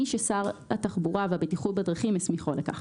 מי ששר התחבורה והבטיחות בדרכים הסמיכו לכך.